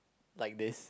like this